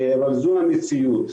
אבל זו המציאות.